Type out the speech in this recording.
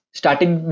starting